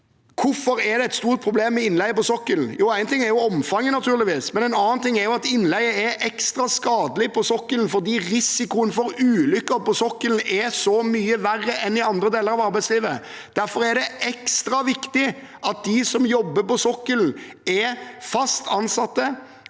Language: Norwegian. Hvorfor er det et stort problem med innleie på sokkelen? Én ting er omfanget, naturligvis, men en annen ting er at innleie er ekstra skadelig på sokkelen, fordi risikoen for ulykker på sokkelen er så mye større enn i andre deler av arbeidslivet. Derfor er det ekstra viktig at de som jobber på sokkelen, er fast ansatt,